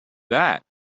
that